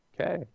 okay